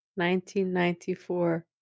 1994